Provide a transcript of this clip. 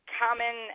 common